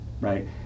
right